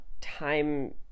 time